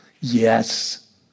Yes